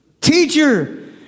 Teacher